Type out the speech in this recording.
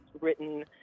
written